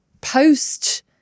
post-